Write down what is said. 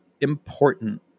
important